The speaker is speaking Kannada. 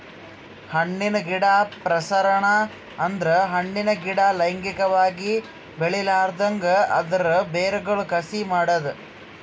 ಹಣ್ಣಿನ ಗಿಡ ಪ್ರಸರಣ ಅಂದುರ್ ಹಣ್ಣಿನ ಗಿಡ ಲೈಂಗಿಕವಾಗಿ ಬೆಳಿಲಾರ್ದಂಗ್ ಅದರ್ ಬೇರಗೊಳ್ ಕಸಿ ಮಾಡದ್